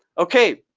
okay.